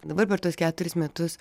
dabar per tuos keturis metus